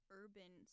urban